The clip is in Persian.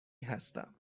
هستم